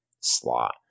slot